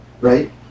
right